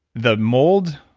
the mold,